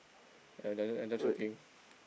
and enjoy choking